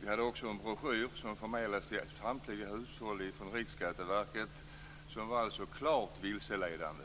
Vi hade också en broschyr som förmedlades till samtliga hushåll från Riksskatteverket som var klart vilseledande.